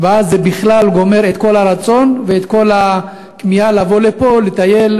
ואז זה בכלל גומר את כל הרצון ואת כל הכמיהה לבוא לפה לטייל,